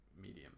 medium